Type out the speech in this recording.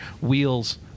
Wheels